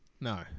No